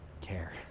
care